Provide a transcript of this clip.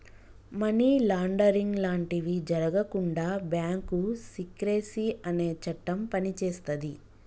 money laundering లాంటివి జరగకుండా bank secrecy అనే చట్టం పనిచేస్తది